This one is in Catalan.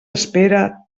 espera